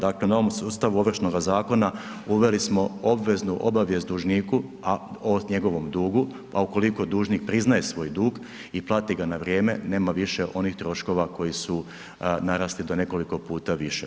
Dakle na ovom sustavu Ovršnoga zakona uveli smo obveznu obavijest dužniku a o njegovom dugu, pa ukoliko priznaje svoj dug i plati ga na vrijeme, nema više onih troškova koji su narasli do nekoliko puta više.